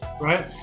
right